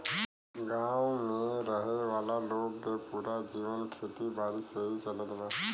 गांव में रहे वाला लोग के पूरा जीवन खेती बारी से ही चलत बा